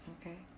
okay